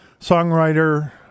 songwriter